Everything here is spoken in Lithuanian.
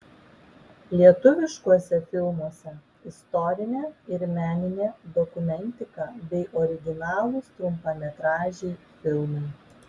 lietuviškuose filmuose istorinė ir meninė dokumentika bei originalūs trumpametražiai filmai